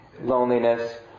loneliness